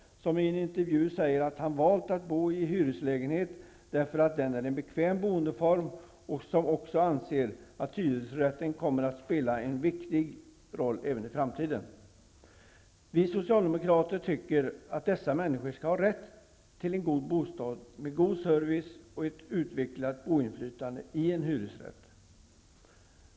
I en intevju säger han att han har valt att bo i hyreslägenhet därför att det är en bekväm boendeform. Han anser också att hyresrätten kommer att spela en viktig roll även i framtiden. Vi socialdemokrater tycker att dessa människor skall ha rätt till en god bostad med god service och ett utvecklat boinflytande i en hyresrätt.